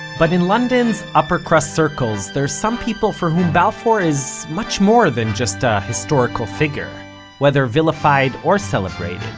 but in london's upper-crust circles, there are some people for whom balfour is much more than just a historical figure whether vilified or celebrated.